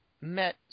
met